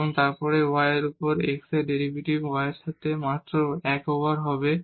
এবং তারপর y এর উপর x এর ডেরিভেটিভ এবং y এর সাথে মাত্র 1 ওভার হবে